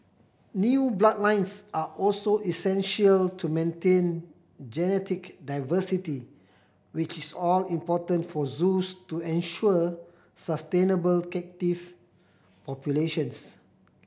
new bloodlines are also essential to maintain genetic diversity which is all important for zoos to ensure sustainable captive populations